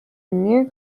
near